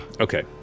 Okay